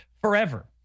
forever